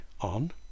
on